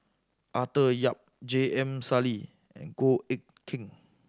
Arthur Yap J M Sali and Goh Eck Kheng